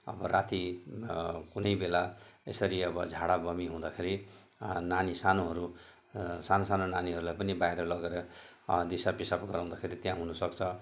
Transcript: अब राति कुनै बेला यसरी अब झाडा वमि हुँदाखेरि नानी सानोहरू सान्सानो नानीहरूलाई पनि बाहिर लगेर दिसा पिसाब गराउँदाखेरि त्यहाँ हुनु सक्छ